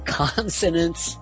consonants